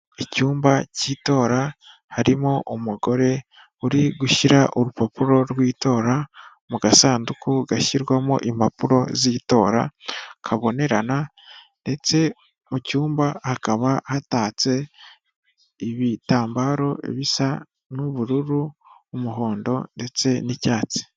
Icyumba cy'itora harimo umugore uri gushyira urupapuro rw'itora mu gasanduku gashyirwamo impapuro z'itora kabonerana, ndetse mu cyumba hakaba hatatse ibitambaro bisa n'ubururu, umuhondo ndetse n'icyatsi.